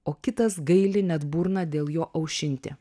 o kitas gaili net burną dėl jo aušinti